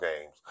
games